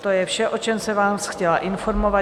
To je vše, o čem jsem vás chtěla informovat.